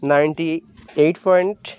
ninety eight point